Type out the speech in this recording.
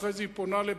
אחרי זה היא פונה לבג"ץ,